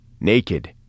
naked